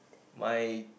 my